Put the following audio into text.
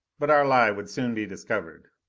but our lie would soon be discovered.